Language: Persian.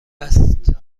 است